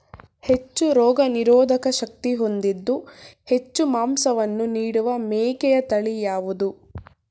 ಹೆಚ್ಚು ರೋಗನಿರೋಧಕ ಶಕ್ತಿ ಹೊಂದಿದ್ದು ಹೆಚ್ಚು ಮಾಂಸವನ್ನು ನೀಡುವ ಮೇಕೆಯ ತಳಿ ಯಾವುದು?